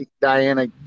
Diana